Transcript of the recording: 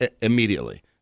immediately